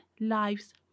lives